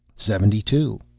seventy-two.